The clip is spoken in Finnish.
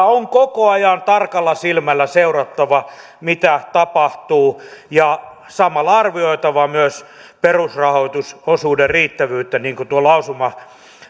on koko ajan tarkalla silmällä seurattava mitä tapahtuu ja samalla arvioitava myös perusrahoitusosuuden riittävyyttä niin kuin tuo lausuma